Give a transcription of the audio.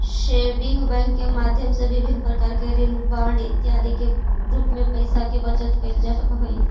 saving bank के माध्यम से विभिन्न प्रकार के ऋण बांड इत्यादि के रूप में पैइसा के बचत कैल जा सकऽ हइ